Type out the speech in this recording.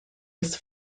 his